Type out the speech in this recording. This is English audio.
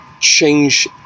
change